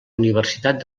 universitat